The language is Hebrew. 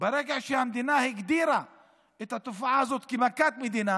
וברגע שהמדינה הגדירה את התופעה הזאת כמכת מדינה